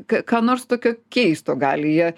ką ką nors tokio keisto gali jie